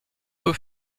peu